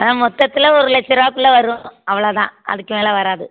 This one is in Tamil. ஆ மொத்தத்தில் ஒரு லட்சம் ரூபாக் குள்ளே வரும் அவ்வளோ தான் அதுக்கு மேலே வராது